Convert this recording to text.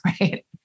right